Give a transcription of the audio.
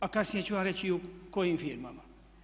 A kasnije ću vam reći i u kojim firmama.